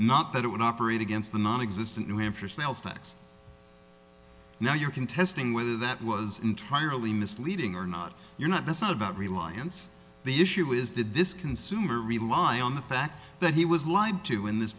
not that it would operate against the nonexistent new hampshire sales tax now you're contesting whether that was entirely misleading or not you're not that's not about reliance the issue is did this consumer rely on the fact that he was lied to in this